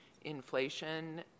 inflation